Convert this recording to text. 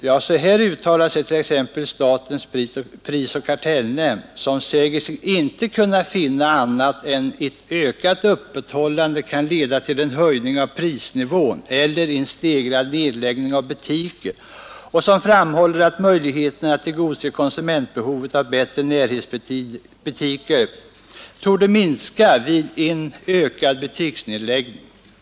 Ja, statens prisoch kartellnämnd säger sig icke kunna finna annat än att ett ökat öppethållande kan leda till en höjning av prisnivån eller en stegrad nedläggning av butiker. Man framhåller att möjligheten att tillgodose konsumentbehovet av bättre närhetsbutiker torde minska vid en ökad butiksnedläggning.